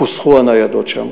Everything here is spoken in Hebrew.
כוסחו הניידות שם.